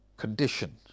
Condition